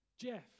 Jeff